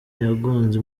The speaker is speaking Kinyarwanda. yagonze